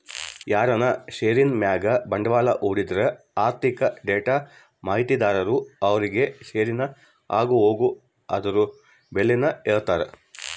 ಯಾರನ ಷೇರಿನ್ ಮ್ಯಾಗ ಬಂಡ್ವಾಳ ಹೂಡಿದ್ರ ಆರ್ಥಿಕ ಡೇಟಾ ಮಾಹಿತಿದಾರರು ಅವ್ರುಗೆ ಷೇರಿನ ಆಗುಹೋಗು ಅದುರ್ ಬೆಲೇನ ಹೇಳ್ತಾರ